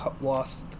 lost